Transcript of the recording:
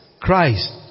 Christ